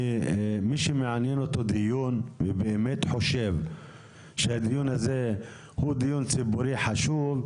מי שמעניין אותו הדיון ובאמת חושב שהדיון הזה הוא דיון ציבורי חשוב,